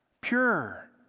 pure